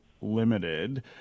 limited